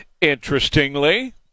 Interestingly